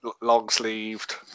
long-sleeved